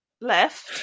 left